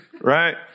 right